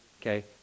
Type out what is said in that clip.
Okay